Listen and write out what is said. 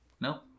No